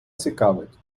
цікавить